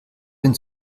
den